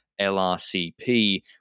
LRCP